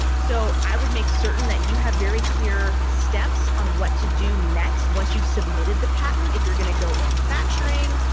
so i would make certain that you have very clear steps on what to do next, once you've submitted the patent, if you're going to go manufacturing,